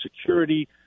security